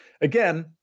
again